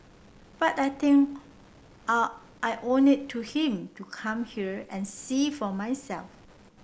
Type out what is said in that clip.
but I think I I owe it to him to come here and see for myself